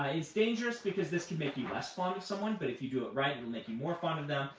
i t's dangerous, because this could make you less fond of someone. but if you do it right it'll and make you more fond of them.